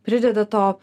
prideda to